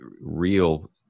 real